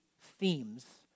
themes